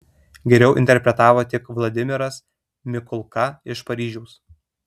geriau interpretavo tik vladimiras mikulka iš paryžiaus